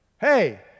Hey